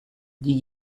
dit